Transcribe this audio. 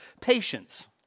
patience